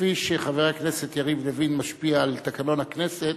כפי שחבר הכנסת יריב לוין משפיע על תקנון הכנסת